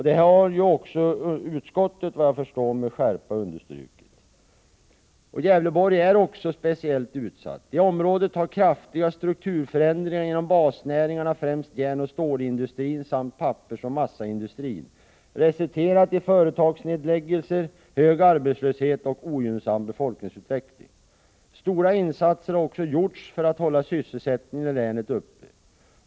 Det har också utskottet med skärpa understrukit, såvitt jag förstår. Gävleborg är också speciellt utsatt. I området har kraftiga strukturförändringar inom basnäringarna, främst inom järnoch stålindustrin samt pappersoch massaindustrin, resulterat i företagsnedläggelser, hög arbetslöshet och ogynnsam befolkningsutveckling. Stora insatser har gjorts för att hålla sysselsättningen i länet uppe.